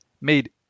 made